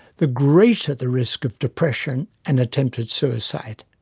the greater the risk of depression and attempted suicide.